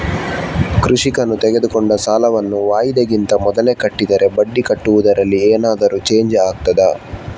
ಕೃಷಿಕನು ತೆಗೆದುಕೊಂಡ ಸಾಲವನ್ನು ವಾಯಿದೆಗಿಂತ ಮೊದಲೇ ಕಟ್ಟಿದರೆ ಬಡ್ಡಿ ಕಟ್ಟುವುದರಲ್ಲಿ ಏನಾದರೂ ಚೇಂಜ್ ಆಗ್ತದಾ?